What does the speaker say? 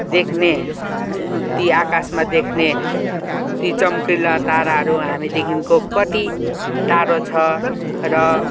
देख्ने ती आकाशमा देख्ने ती चम्किला ताराहरू हामीदेखिको कति टाढो छ र